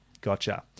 Gotcha